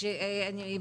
גופים ממשלתיים,